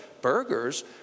burgers